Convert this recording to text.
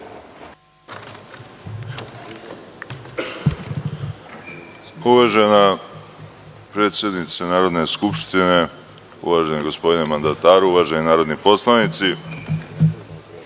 Uvažena predsednice Narodne skupštine, uvaženi gospodine mandataru, uvaženi narodni poslanici,